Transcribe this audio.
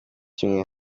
kimwe